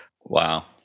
wow